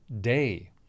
day